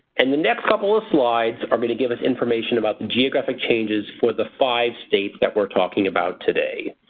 and the next couple slides are going to give us information about the geographic changes for the five states that we're talking about today.